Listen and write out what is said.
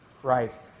Christ